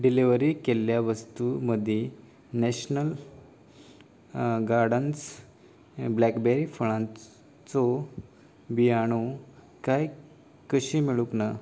delivery केल्ल्या वस्तूं मदीं नॅशनल गार्डन्स ब्लॅकबेरी फळांचो बियांणो कांय कशी मेळूंंक ना